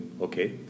okay